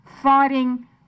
fighting